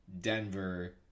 Denver